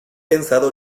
pensado